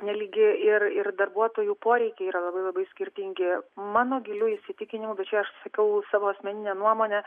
nelygi ir ir darbuotojų poreikiai yra labai labai skirtingi mano giliu įsitikinimu bet čia aš sakau savo asmeninę nuomonę